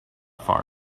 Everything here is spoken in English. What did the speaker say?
far